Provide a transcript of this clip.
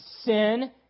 sin